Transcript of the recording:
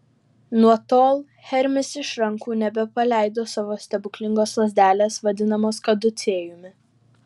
nuo tol hermis iš rankų nebepaleido savo stebuklingos lazdelės vadinamos kaducėjumi